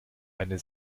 eine